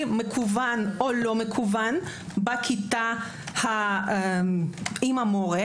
מקוון או לא מקוון בכיתה עם המורה,